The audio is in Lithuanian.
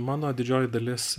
mano didžioji dalis